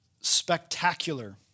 spectacular